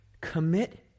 Commit